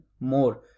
more